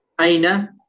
Aina